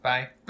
Bye